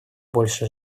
больше